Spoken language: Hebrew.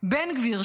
בן גביר,